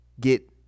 get